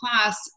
class